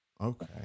Okay